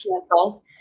canceled